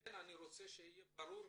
לכן אני רוצה שיהיה ברור.